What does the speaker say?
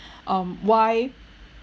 um why